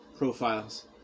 profiles